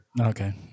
Okay